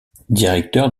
directeur